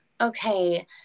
okay